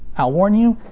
i'll warn you,